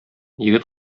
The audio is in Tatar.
егет